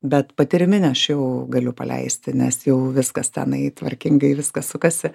bet patyriminę aš jau galiu paleisti nes jau viskas tenai tvarkingai viskas sukasi